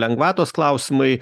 lengvatos klausimai